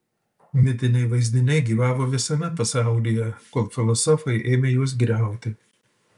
mitiniai vaizdiniai gyvavo visame pasaulyje kol filosofai ėmė juos griauti